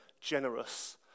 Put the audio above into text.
generous